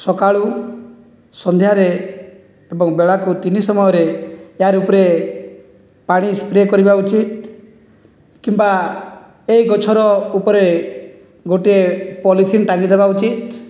ସକାଳୁ ସନ୍ଧ୍ୟାରେ ଏବଂ ବେଳାକୁ ତିନି ସମୟରେ ଏହାରି ଉପରେ ପାଣି ସ୍ପ୍ରେ କରିବା ଉଚିତ୍ କିମ୍ବା ଏହି ଗଛର ଉପରେ ଗୋଟିଏ ପଲିଥିନ୍ ଟାଙ୍ଗି ଦେବା ଉଚିତ୍